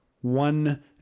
one